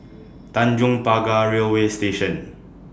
Tanjong Pagar Railway Station